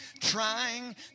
trying